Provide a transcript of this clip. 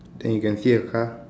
then you can see a car